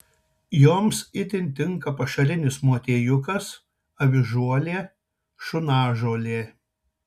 joms itin tinka pašarinis motiejukas avižuolė šunažolė